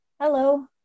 Hello